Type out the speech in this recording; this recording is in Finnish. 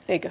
eikö